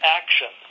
action